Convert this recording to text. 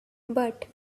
but